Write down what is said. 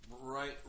Right